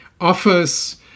offers